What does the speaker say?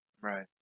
Right